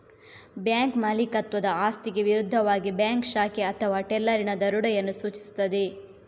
bank ಮಾಲೀಕತ್ವದ ಆಸ್ತಿಗೆ ವಿರುದ್ಧವಾಗಿ ಬ್ಯಾಂಕ್ ಶಾಖೆ ಅಥವಾ ಟೆಲ್ಲರಿನ ದರೋಡೆಯನ್ನು ಸೂಚಿಸುತ್ತದೆ